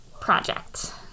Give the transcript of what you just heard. project